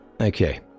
Okay